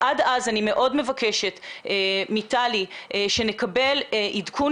עד אז אני מאוד מבקשת מטלי שנקבל עדכון